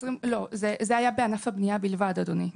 לא, זה היה בענף הבנייה בלבד, אדוני.